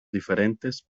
diferentes